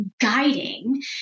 guiding